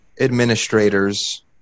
administrators